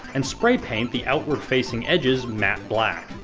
and spray paint the outward-facing edges matte black.